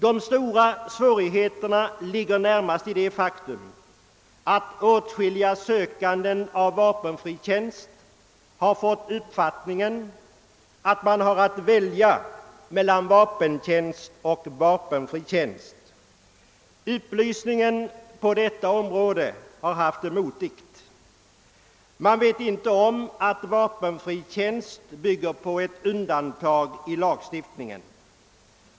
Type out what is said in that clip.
Den stora svårigheten ligger närmast i det faktum att åtskilliga sökande av vapenfri tjänst har fått den uppfattningen att de har att välja mellan vapentjänst och vapenfri tjänst. Upplysningen på det området har haft det motigt, och de flesta vet inte om att vapenfri tjänst bygger på ett undantag i lagstiftningen.